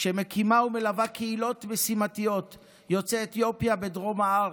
שמקימה ומלווה קהילות משימתיות של יוצאי אתיופיה בדרום הארץ.